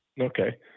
Okay